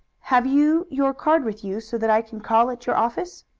have you your card with you, so that i can call at your office?